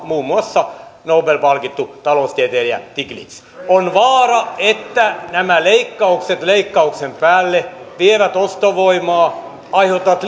muun muassa nobel palkittu taloustieteilijä stiglitz on vaara että nämä leikkaukset leikkauksen päälle vievät ostovoimaa aiheuttavat